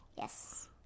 Yes